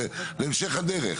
בהמשך הדרך.